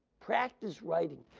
practice writing,